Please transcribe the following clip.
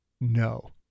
No